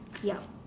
yup